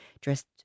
dressed